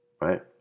right